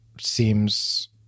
seems